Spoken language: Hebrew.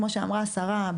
כמו שאמרה השרה,